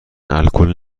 الکل